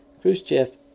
Khrushchev